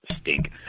stink